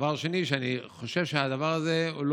דבר שני, אני חושב שהדבר הזה לא